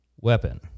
weapon